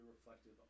reflective